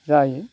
जायो